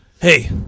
Hey